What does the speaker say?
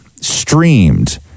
streamed